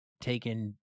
taken